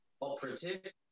operative